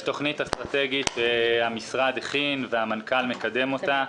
יש תוכנית אסטרטגית שהמשרד הכין והמנכ"ל מקדם אותה.